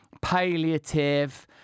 palliative